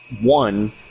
one